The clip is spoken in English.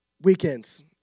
Weekends